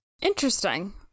Interesting